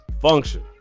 function